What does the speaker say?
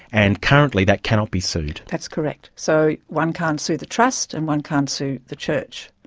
and currently that cannot be sued. that's correct. so, one can't sue the trust and one can't sue the church.